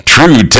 True